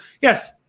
yes